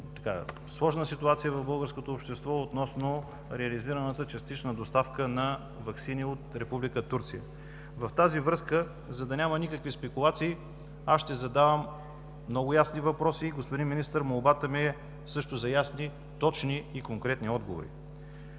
сложна ситуация в българското общество относно реализираната частична доставка на ваксини от Република Турция. В тази връзка, за да няма никакви спекулации, аз ще задавам много ясни въпроси. Господин Министър, молбата ми е също за ясни, точни и конкретни отговори.